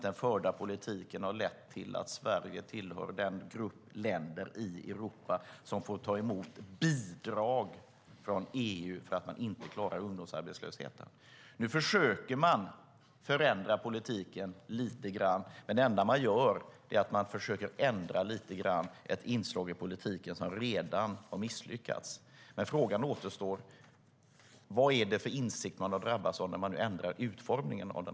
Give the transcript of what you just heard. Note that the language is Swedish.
Den förda politiken har lett till att Sverige tillhör den grupp länder i Europa som får ta emot bidrag från EU för att man inte klarar ungdomsarbetslösheten. Nu försöker man förändra politiken lite grann, men det enda man gör är att ändra lite grann på ett inslag i politiken som redan har misslyckats. Frågan kvarstår. Vad är det för insikt man har drabbats av när man nu ändrar utformningen?